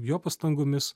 jo pastangomis